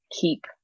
keep